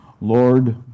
Lord